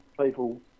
people